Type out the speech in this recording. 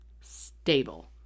stable